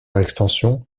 extension